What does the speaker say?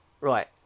right